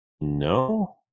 No